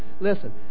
listen